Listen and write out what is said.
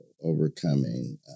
overcoming